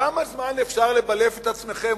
כמה זמן אפשר לבלף את עצמכם?